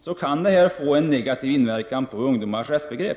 sätt, kan det medföra en negativ inverkan på ungdomars rättsbegrepp.